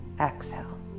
Exhale